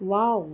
wow